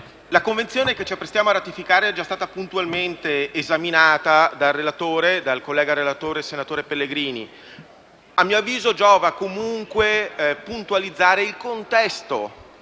la Convenzione che ci apprestiamo a ratificare è stata puntualmente esaminata dal relatore, senatore Pellegrini. A mio avviso, giova puntualizzare il contesto